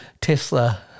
Tesla